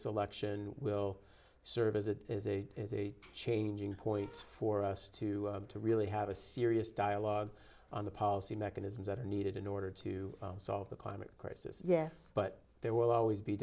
election will serve as a changing point for us to to really have a serious dialogue on the policy mechanisms that are needed in order to solve the climate crisis yes but there will always be